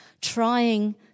trying